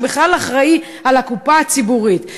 שבכלל אחראי לקופה הציבורית.